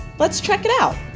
let's check it out.